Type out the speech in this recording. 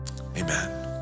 Amen